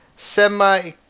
Semi